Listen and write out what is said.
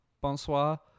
bonsoir